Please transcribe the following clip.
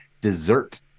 Dessert